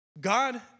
God